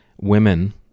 women